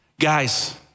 Guys